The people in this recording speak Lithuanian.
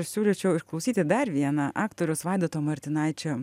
siūlyčiau išklausyti dar vieną aktoriaus vaidoto martinaičio